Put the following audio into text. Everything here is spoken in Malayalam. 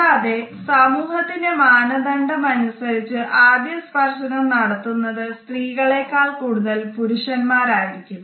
കൂടാതെ സമൂഹത്തിന്റെ മാനദണ്ഡം അനുസരിച്ച് ആദ്യ സ്പർശനം നടത്തുന്നത് സ്ത്രീകളെക്കാൾ കൂടുതൽ പുരുഷന്മാർ ആയിരിക്കും